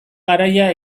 garaia